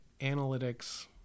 analytics